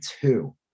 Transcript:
two